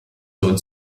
sohn